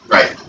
Right